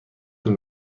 طول